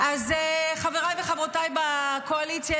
--- אז חבריי וחברותיי בקואליציה,